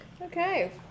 Okay